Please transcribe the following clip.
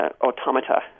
automata